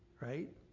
right